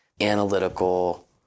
analytical